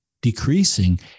decreasing